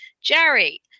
Jerry